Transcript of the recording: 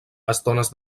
estones